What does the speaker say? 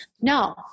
No